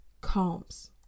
calms